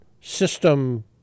system